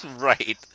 Right